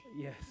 yes